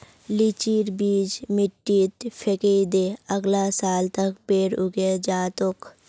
लीचीर बीज मिट्टीत फेकइ दे, अगला साल तक पेड़ उगे जा तोक